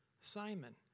Simon